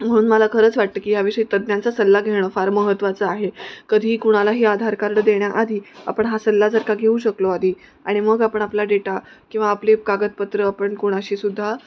म्हणून मला खरंच वाटतं की ह्या विषयी तज्ज्ञांचा सल्ला घेणं फार महत्त्वाचं आहे कधीही कुणालाही आधार कार्ड देण्याआधी आपण हा सल्ला जर का घेऊ शकलो आधी आणि मग आपण आपला डेटा किंवा आपली कागदपत्रं आपण कोणाशीसुद्धा